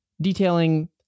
detailing